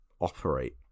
operate